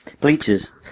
Bleachers